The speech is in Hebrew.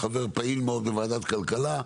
חבר פעיל מאוד בוועדת הכלכלה,